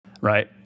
right